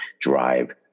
drive